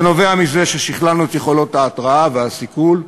זה נובע מזה ששכללנו את יכולת ההתרעה והסיכול,